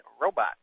robot